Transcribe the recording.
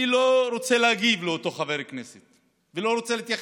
אני לא רוצה להגיב לאותו חבר כנסת ולא רוצה להתייחס,